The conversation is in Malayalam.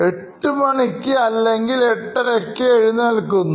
എട്ടുമണിക്ക് അല്ലെങ്കിൽഎട്ടരയ്ക്ക് എഴുന്നേൽക്കുന്നു